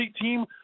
team